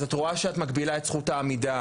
אז את רואה שאת מגבילה את זכות העמידה,